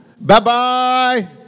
Bye-bye